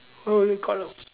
oh he got a